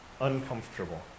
uncomfortable